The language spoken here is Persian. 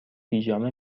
پیژامه